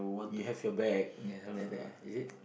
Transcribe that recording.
you have your bag yeah just now that bag ah is it